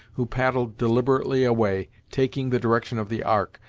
who paddled deliberately away, taking the direction of the ark,